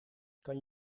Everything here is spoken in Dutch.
kan